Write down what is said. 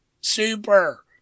Super